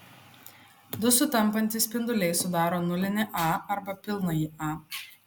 du sutampantys spinduliai sudaro nulinį a arba pilnąjį a